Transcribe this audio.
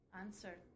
answer